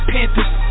Panthers